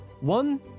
One